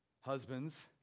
husbands